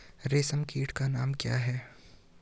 रेशम कीट का नाम क्या है?